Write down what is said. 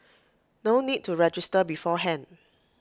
no need to register beforehand